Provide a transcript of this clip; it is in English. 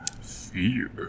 Fear